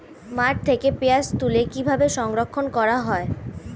মাঠ থেকে পেঁয়াজ তুলে কিভাবে সংরক্ষণ করা হয়?